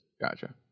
gotcha